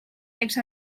text